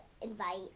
invite